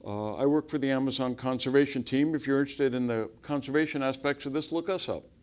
i work for the amazon conservation team. if your interested in the conservation aspects of this, look us up,